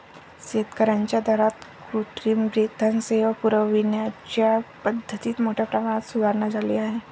शेतकर्यांच्या दारात कृत्रिम रेतन सेवा पुरविण्याच्या पद्धतीत मोठ्या प्रमाणात सुधारणा झाली आहे